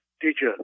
teacher